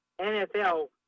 NFL